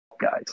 guys